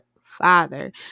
Father